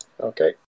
Okay